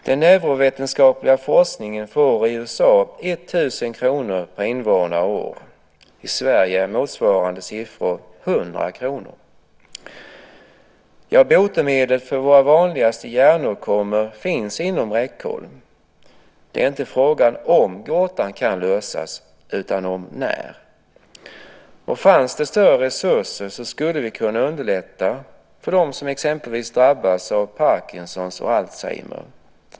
Den neurovetenskapliga forskningen får i USA 1 000 kr per invånare och år. I Sverige är motsvarande summa 100 kr. Botemedel för våra vanligaste hjärnåkommor finns inom räckhåll. Det är inte fråga om gåtan kan lösas utan om när. Fanns det större resurser skulle vi kunna underlätta för dem som exempelvis drabbas av Parkinson och Alzheimer.